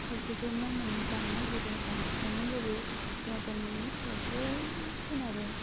खायसे खायसे मावनानै जानो नागिरो बांसिनानो होमबाबो बिमा बिफानि सायावसो सोनारो